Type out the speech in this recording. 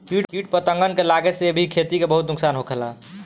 किट पतंगन के लागे से भी खेती के बहुत नुक्सान होखेला